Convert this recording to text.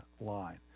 line